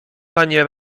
panie